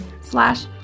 slash